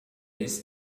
ist